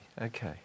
Okay